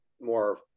more